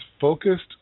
focused